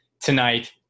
tonight